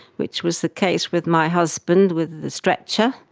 which was the case with my husband with the stretcher,